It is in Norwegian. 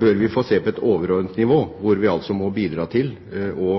bør vi få se på et overordnet nivå, hvor vi altså må bidra til å